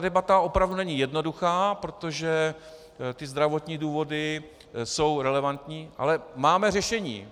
Debata opravdu není jednoduchá, protože zdravotní důvody jsou relevantní, ale máme řešení.